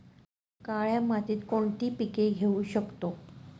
काळ्या मातीत कोणती पिके घेऊ शकतो?